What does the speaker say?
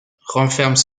renferment